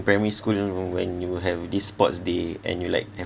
primary school you know when you have this sports day and you like have